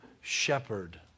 shepherd